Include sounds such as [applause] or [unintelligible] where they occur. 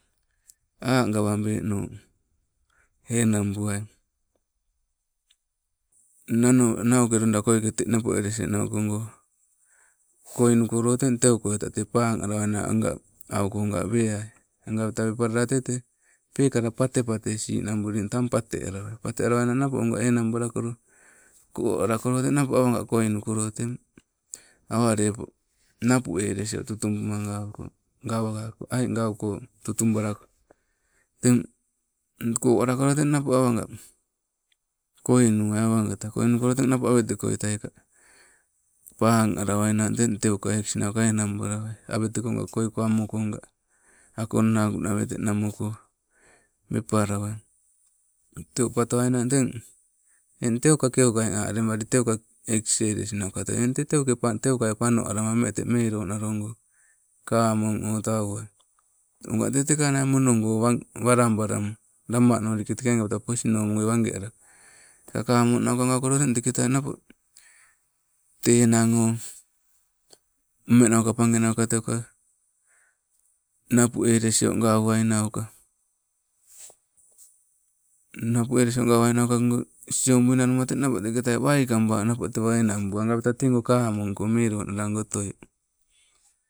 A' gawabeno, enang buai nano nauke loida koike te nepoelesie nauko, koinukolo teng teu koi tai te pang alawainang anga aukoga weai, agapta wepalala te- te, pekala pate patesi nabuli tang patealawai, patea lawai nang napo oga enang balakolo, koalako koalakolo te napo awaga koinukolo eng awa lepo napuelesio tutubuma auko [unintelligible] tutubalako, teng koalako teng napo awaga, koinuwai awagata, koinulo teng napo awetekoitaiga pang alawainang teng teuka nauka eng balawai, awetekoga koi ko amokonga, akona nawete nauko wepalawai. Teu patowainang teng, eng teuka keuka engg anawali, tenka eng anawali teuka e elesnauka otole eng te teuka teukai ponoalama meng te meelo nalogo kamong otauwai oga te tekanai monogo wa- walabalama. Lamanolike, teke agegapta posnomo nomo goi wangeolama, teng kamong nauka gaukolo teng teketai napo, te enang oh, menauka page nauka napuelesio gauwainauka, napuelesio gau wainauka siobui nanuma teng napoka teketai waikaba napo tewa enangbuai aganta tego komong ko melo nalango otoi